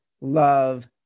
love